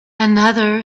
another